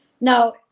now